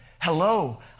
Hello